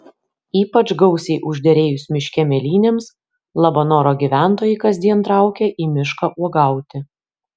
ypač gausiai užderėjus miške mėlynėms labanoro gyventojai kasdien traukia į mišką uogauti